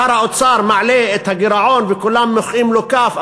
שר האוצר מעלה את הגירעון וכולם מוחאים לו כף,